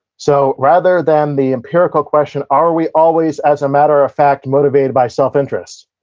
so, rather than the empirical question, are we always as a matter of fact motivated by self interest,